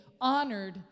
honored